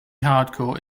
hardcore